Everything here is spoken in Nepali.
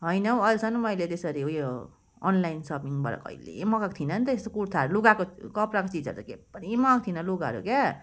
होइन हौ अहिलेसम्म मैले त्यसरी उयो अनलाइन सपिङबाट कहिल्यै मगाएको थिइन नि त यस्तो कुर्थाहरू लुगाको कपडाको चिजहरू त के पनि मगाएको थिइनँ लुगाहरू क्या